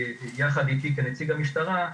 ויחד איתי כנציג המשטרה,